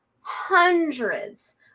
hundreds